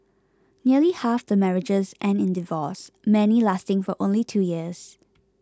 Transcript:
nearly half the marriages end in divorce many lasting for only two years